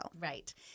Right